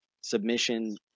submission